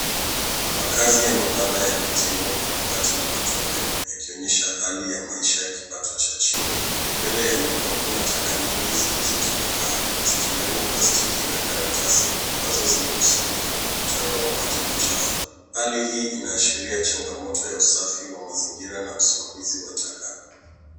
Makazi ya mabanda yamejengwa kwa mabati na matope yakionyesha hali ya maisha ya kipato cha chini. Mbele ya nyumba kuna taka nyingi zilizotapakaa, zikiwemo plastiki na karatasi ambazo zimekusanyika kwenye mataro wa maji machafu. Hali hii inaashiria changamoto ya usafi wa mazingira na usimamizi wa taka.